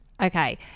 Okay